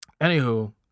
Anywho